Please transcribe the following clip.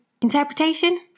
interpretation